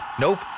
Nope